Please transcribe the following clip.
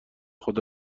خود